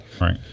Right